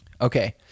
Okay